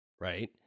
Right